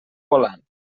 volant